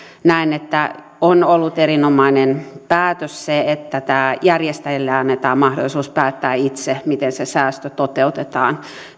näen että on ollut erinomainen päätös se että järjestäjille annetaan mahdollisuus päättää itse miten se säästö toteutetaan